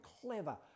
clever